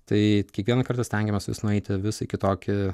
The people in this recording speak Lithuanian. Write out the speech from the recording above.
tai kiekvieną kartą stengiamės vis nueiti vis į kitokį